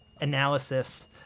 analysis